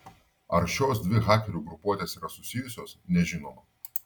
ar šios dvi hakerių grupuotės yra susijusios nežinoma